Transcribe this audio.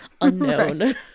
unknown